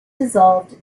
dissolved